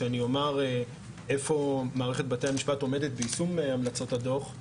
כשאומר איפה מערכת בתי המשפט עומדת ביישום המלצות הדוח,